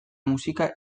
musika